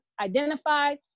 identified